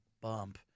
bump